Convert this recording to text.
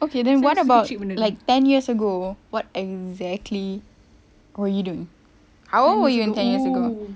okay then what about like ten years ago what exactly were you doing how old were you ten years ago